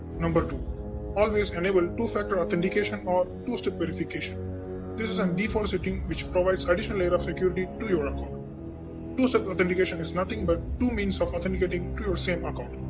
number two always enable two-factor authentication or two-step verification this is a default setting which provides additional layer of security to your account two-step authentication is nothing but two means of authenticating to your same account.